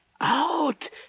out